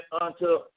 unto